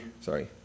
sorry